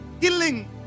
killing